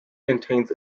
contains